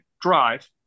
drive